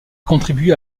contribué